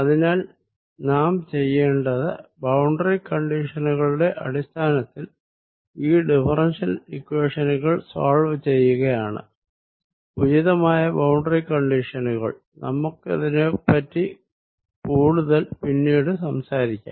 അതിനാൽ നാം ചെയ്യേണ്ടത് ബൌണ്ടറി കണ്ടിഷനുകളുടെ അടിസ്ഥാനത്തിൽ ഈ ഡിഫറെൻഷ്യൽ ഇക്വേഷനുകൾ സോൾവ് ചെയ്യുകയാണ് ഉചിതമായ ബൌണ്ടറി കണ്ടിഷനുകൾ നമുക്കിതിനെപ്പറ്റി കൂടുതൽ പിന്നീട് സംസാരിക്കാം